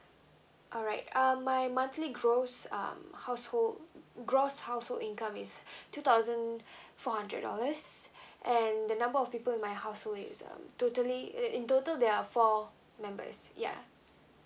alright um my monthly gross um household gross household income is two thousand four hundred dollars and the number of people in my household is um totally it in total there are four members yeah